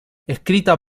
escrita